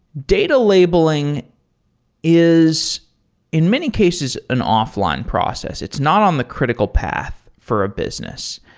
data labeling is in many cases an offline process. it's not on the critical path for a business.